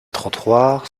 trottoirs